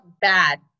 bad